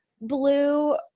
blue